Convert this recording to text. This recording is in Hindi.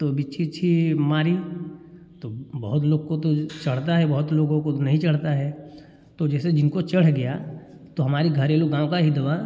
तो बिच्छी उच्छी मारी तो बहुत लोग को तो चढ़ता है बहुत लोगों को नहीं चढ़ता है तो जैसे जिनको चढ़ गया तो हमारी घरेलू गाँव का ही दवा